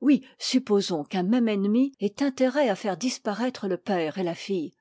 oui supposons qu'un même ennemi ait intérêt à faire disparaître le père et la fille